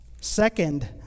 Second